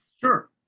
Sure